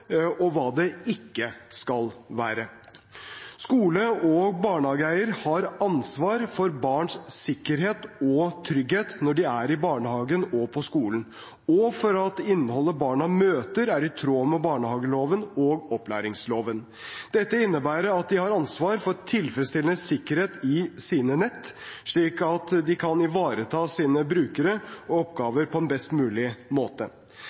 og hva det ikke skal være. Skole- og barnehageeierne har ansvar for barns sikkerhet og trygghet når de er i barnehagen og på skolen og for at innholdet barna møter, er i tråd med barnehageloven og opplæringsloven. Dette innebærer at de har ansvar for tilfredsstillende sikkerhet i sine nett, slik at de kan ivareta sine brukere og oppgaver på en best mulig måte.